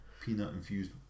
peanut-infused